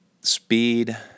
speed